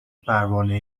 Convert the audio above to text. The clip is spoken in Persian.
پروانه